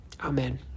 Amen